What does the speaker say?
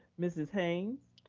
ms. haynes.